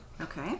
Okay